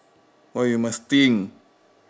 why you must think